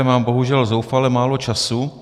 Mám bohužel zoufale málo času.